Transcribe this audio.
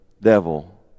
devil